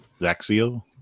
Zaxio